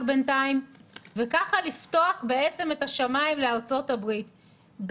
בינתיים וככה לפתוח בעצם את השמים לארצות הברית,